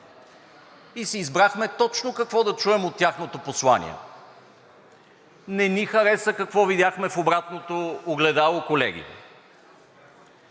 и си избрахме точно какво да чуем от тяхното послание. Не ни хареса какво видяхме в обратното огледало, колеги.